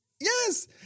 Yes